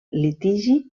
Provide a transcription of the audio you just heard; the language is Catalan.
litigi